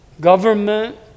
government